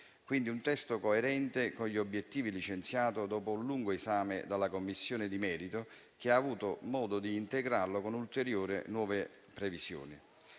quindi di un testo coerente con gli obiettivi, licenziato dopo un lungo esame dalla Commissione di merito, che ha avuto modo di integrarlo con ulteriori nuove previsioni.